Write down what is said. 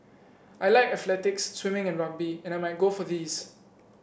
I like athletics swimming and rugby and I might go for these